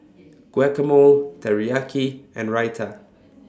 Guacamole Teriyaki and Raita